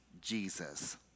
Jesus